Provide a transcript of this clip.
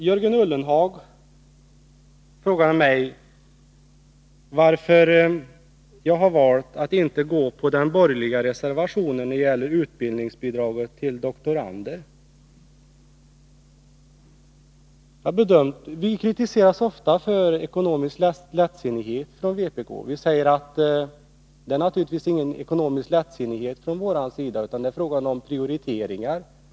Jörgen Ullenhag frågade mig varför jag har valt att inte gå på den borgerliga reservationen när det gäller utbildningsbidrag till doktorander. Vpk kritiseras ofta för ekonomiskt lättsinne. Men det är naturligtvis inte fråga om ekonomiskt lättsinne utan om prioriteringar.